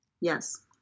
Yes